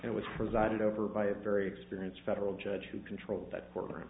it was presided over by a very experienced federal judge who controlled that courtroom